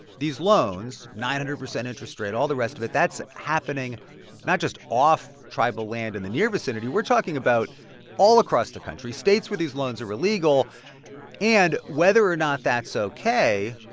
these loans nine hundred percent interest rate, all the rest of it that's happening not just off tribal land in the near vicinity. we're talking about all across the country states where these loans are illegal and whether or not that's ok.